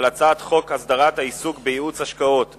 הצעת חוק הסדרת העיסוק בייעוץ השקעות,